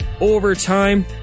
overtime